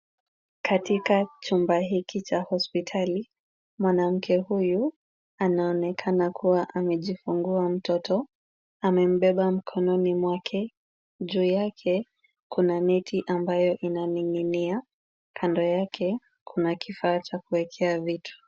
Katika chumba hiki cha hospitali, mwanamke huyu anaonekana kuwa amejifungua mtoto. Amembeba mkononi mwake. Juu yake kuna neti ambayo inaning'inia. Kando yake kuna kifaa cha kuwekea vitu.